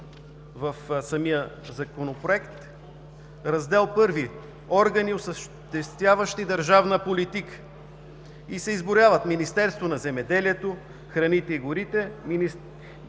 в самия Законопроект: „Раздел I – Органи, осъществяващи държавна политика“, и се изброяват: Министерството на земеделието, храните и горите,